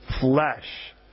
flesh